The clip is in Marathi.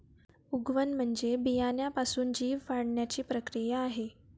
उगवण म्हणजे बियाण्यापासून जीव वाढण्याची प्रक्रिया आहे